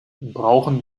brauchen